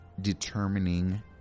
determining